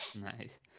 Nice